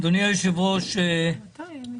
אדוני היושב-ראש --- מה זה?